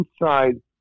inside